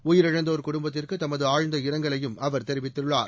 உயிரிழந்தோர் குடும்பத்திற்கு தமது ஆழ்ந்த இரங்கலையும் அவர் தெரிவித்துள்ளார்